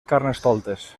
carnestoltes